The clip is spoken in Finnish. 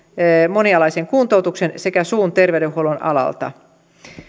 monialaisen kuntoutuksen sekä suun terveydenhuollon alalta